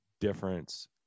difference